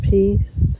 Peace